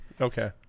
okay